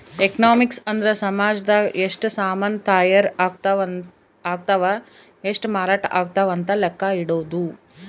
economics ಅಂದ್ರ ಸಾಮಜದಾಗ ಎಷ್ಟ ಸಾಮನ್ ತಾಯರ್ ಅಗ್ತವ್ ಎಷ್ಟ ಮಾರಾಟ ಅಗ್ತವ್ ಅಂತ ಲೆಕ್ಕ ಇಡೊದು